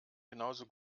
genauso